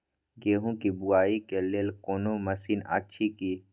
गेहूँ के बुआई के लेल कोनो मसीन अछि की?